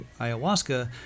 ayahuasca